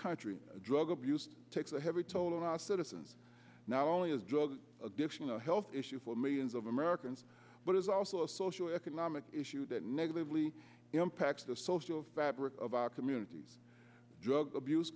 country drug abuse takes a heavy toll on our citizens not only is drug addiction a health issue for millions of americans but is also a social economic issue that negatively impacts the social fabric of our communities drug abuse